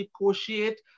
negotiate